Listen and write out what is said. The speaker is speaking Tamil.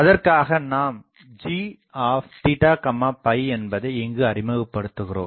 அதற்காக நாம் g என்பதை இங்கு அறிமுகப்படுத்துகிறோம்